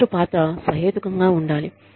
హాజరు పాత్ర సహేతుకంగా ఉండాలి